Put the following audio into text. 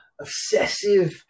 obsessive